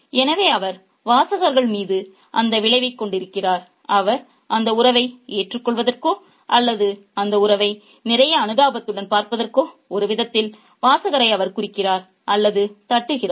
எனவே அவர் வாசகர்கள் மீது அந்த விளைவைக் கொண்டிருக்கிறார் அவர் அந்த உறவை ஏற்றுக்கொள்வதற்கோ அல்லது அந்த உறவை நிறைய அனுதாபத்துடன் பார்ப்பதற்கோ ஒரு விதத்தில் வாசகரை அவர் குறிக்கிறார் அல்லது தட்டுகிறார்